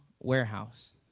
warehouse